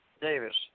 Davis